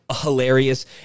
hilarious